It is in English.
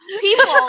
People